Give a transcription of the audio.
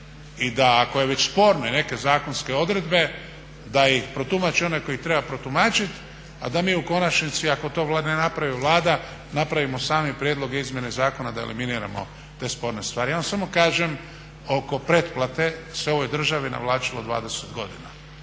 i da ako je već sporno i neke zakonske odredbe da ih protumači onaj tko ih treba protumačit, a da mi u konačnici ako to ne napravi Vlada, napravimo sami prijedlog izmjene zakona da eliminiramo te sporne stvari. Ja vam samo kažem oko pretplate se u ovoj državi navlačilo 20 godina.